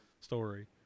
story